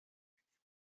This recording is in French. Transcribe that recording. récupérer